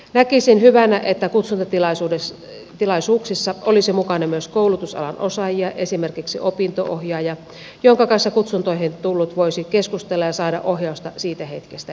näkisin hyvänä että kutsuntatilaisuuksissa olisi mukana myös koulutusalan osaajia esimerkiksi opinto ohjaaja jonka kanssa kutsuntoihin tullut voisi keskustella ja saada ohjausta siitä hetkestä eteenpäin